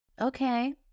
Okay